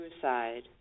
suicide